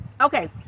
Okay